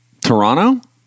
Toronto